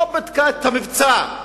לא בדקה את המבצע,